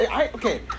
Okay